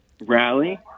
rally